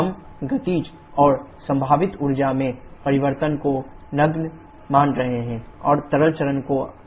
हम गतिज और संभावित ऊर्जा में परिवर्तन को नगण्य मान रहे हैं और तरल चरण को अयोग्य माना जाता है